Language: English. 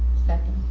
second.